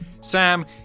Sam